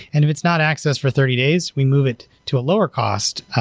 and if it's not accessed for thirty days, we move it to a lower cost